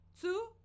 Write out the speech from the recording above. Two